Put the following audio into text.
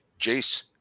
Jace